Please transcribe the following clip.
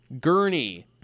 Gurney